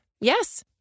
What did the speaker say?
Yes